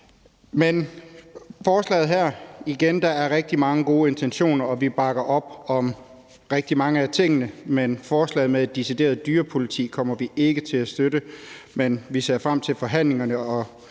jeg sige: Igen er der rigtig mange gode intentioner, og vi bakker op om rigtig mange af tingene, men forslaget om et decideret dyrepoliti kommer vi ikke til at støtte. Vi ser frem til forhandlingerne og